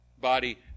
Body